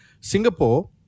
Singapore